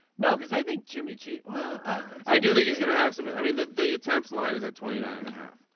no because i think jimmy g. well i do think he's going to have some. but i mean the attempts line is at twenty nine and a half.